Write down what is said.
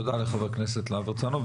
תודה לחבר הכנסת להב הרצנו.